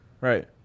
right